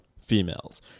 females